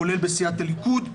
כולל בסיעת הליכוד,